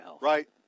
Right